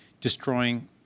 destroying